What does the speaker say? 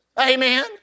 Amen